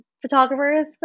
photographers